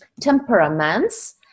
temperaments